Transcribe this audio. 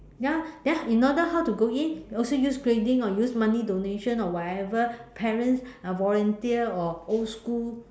ya then in order how to go in also use grading or use money donation or whatever parents uh volunteer or old school